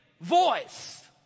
voice